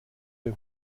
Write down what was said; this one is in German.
der